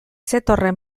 zetorren